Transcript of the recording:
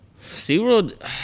SeaWorld